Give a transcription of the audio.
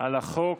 על החוק.